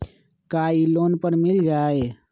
का इ लोन पर मिल जाइ?